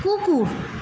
কুকুর